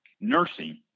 nursing